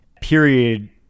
period